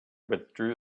withdrew